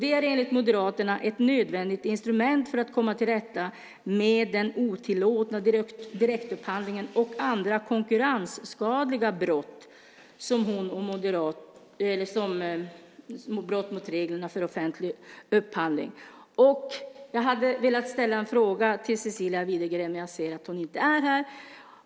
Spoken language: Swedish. Det är enligt Moderaterna "ett nödvändigt instrument för att komma till rätta med den otillåtna direktupphandlingen och andra konkurrensskadliga brott mot reglerna för offentlig upphandling". Jag hade velat ställa en fråga till Cecilia Widegren, men jag ser att hon inte är här.